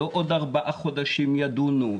לא עוד ארבעה חודשים ידונו,